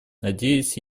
надеюсь